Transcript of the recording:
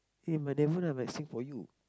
eh my never I'm like sing for you